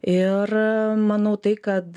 ir manau tai kad